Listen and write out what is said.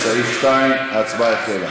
לסעיף 2. ההצבעה החלה.